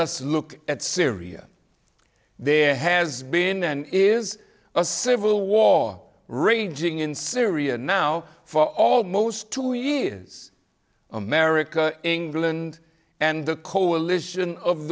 us look at syria there has been and is a civil war raging in syria now for almost two years america england and the coalition of